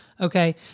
okay